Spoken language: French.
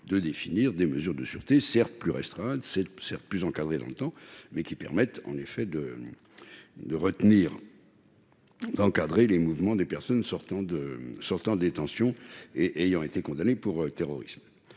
de prévoir des mesures de sûreté, certes plus restreintes et plus limitées dans le temps, mais qui permettraient d'encadrer les mouvements des personnes sortant de détention après avoir été condamnées pour terrorisme.